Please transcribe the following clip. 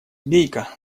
гейка